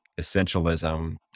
Essentialism